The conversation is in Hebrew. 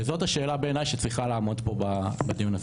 זאת השאלה שצריכה לעמוד, בעיניי, פה בדיון הזה.